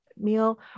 meal